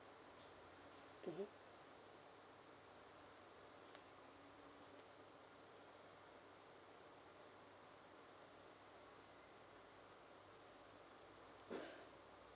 mmhmm